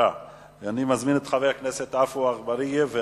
אני מזמין את חבר הכנסת עפו אגבאריה.